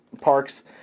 Parks